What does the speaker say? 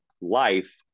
life